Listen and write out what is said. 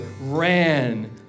ran